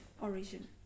origin